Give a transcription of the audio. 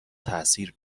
تاثیر